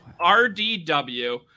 RDW